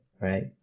right